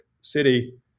City